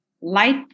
Light